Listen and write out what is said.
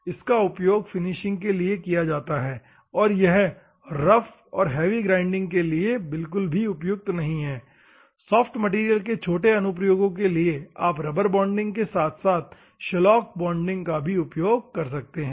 इसका उपयोग फिनिशिंग के लिए किया जाता है और यह रफ और हैवी ग्राइंडिंग के लिए यह उपयुक्त नहीं है सॉफ्ट मैटेरियल के छोटे अनुप्रयोगों के लिए आप रबर बॉन्डिंग के साथ साथ शिलॉक बॉन्डिंग का उपयोग कर सकते हैं